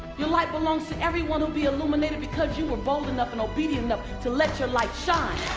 your light belongs to everyone, it'll be illuminated because you were bold enough and obedient enough to let your light shine.